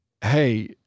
hey